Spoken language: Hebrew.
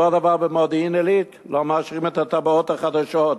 אותו הדבר במודיעין-עילית לא מאשרים את התב"עות החדשות.